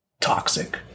toxic